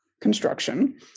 construction